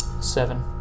Seven